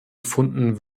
gefunden